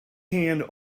hand